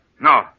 No